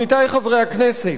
עמיתי חברי הכנסת,